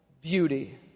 beauty